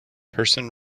person